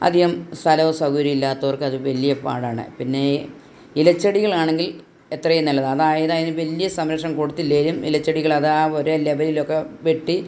അധികം സ്ഥലമോ സൗകര്യമോ ഇല്ലാത്തവർക്ക് അത് വലിയ പാടാണ് പിന്നെ ഇല ചെടികളാണെങ്കിൽ എത്രയും നല്ലതാണ് അതായത് അതിന് വലിയ സംരക്ഷണം കൊടുത്തില്ലേലും ഇല ചെടികള് അത് ആ ഒരേ ലെവലിലൊക്കെ വെട്ടി